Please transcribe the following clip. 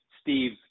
Steve